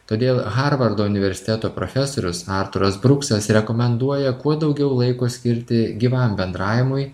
todėl harvardo universiteto profesorius artūras bruksas rekomenduoja kuo daugiau laiko skirti gyvam bendravimui